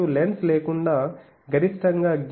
మరియు లెన్స్ లేకుండా గరిష్టంగా గేయిన్ 6